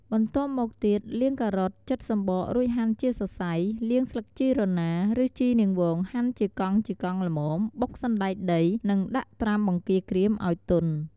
បន្ទាប់មកទៀតលាងការ៉ុត ចិតសំបក រួចហាន់ជាសរសៃ លាងស្លឹកជីរណា ឬជីនាងវងហាន់ជាកង់ៗល្មម បុកសណ្ដែកដី និងដាក់ត្រាំបង្គាក្រៀមឲ្យទន់ ។